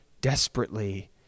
desperately